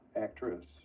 Actress